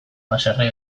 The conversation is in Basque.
haserre